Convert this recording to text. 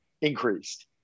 increased